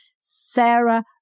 Sarah